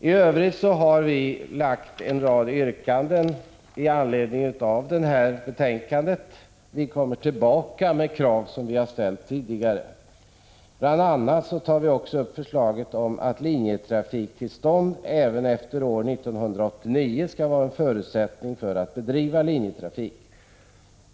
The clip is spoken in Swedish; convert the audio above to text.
I övrigt har vi avgivit en rad yrkanden i anledning av detta betänkande. Vi återkommer med krav som vi ställt tidigare. Bl. a. tar vi upp förslaget om att linjetrafikstillstånd även efter år 1989 skall vara en förutsättning för bedrivande av linjetrafik.